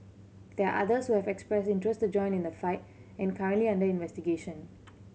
there are others who have expressed interest to join in the fight and are currently under investigation